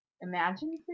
imagine